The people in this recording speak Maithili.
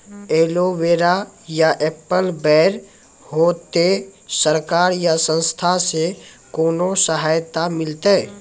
एलोवेरा या एप्पल बैर होते? सरकार या संस्था से कोनो सहायता मिलते?